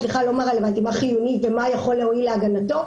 מה חיוני ומה יכול להועיל להגנתו,